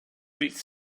reached